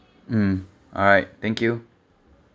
mm alright thank you